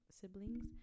siblings